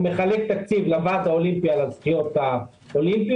הוא מחלק תקציב לוועד האולימפי על הזכיות האולימפיות,